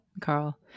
Carl